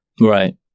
right